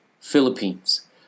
Philippines